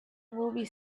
movie